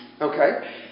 Okay